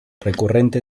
recurrente